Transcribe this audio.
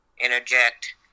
interject